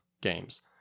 games